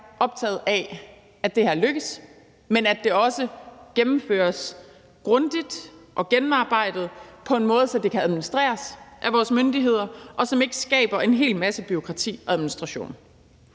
optaget af, at det her lykkes, men at det også gennemføres grundigt og gennemarbejdet på en måde, så det kan administreres af vores myndigheder, og som ikke skaber en hel masse bureaukrati og administration.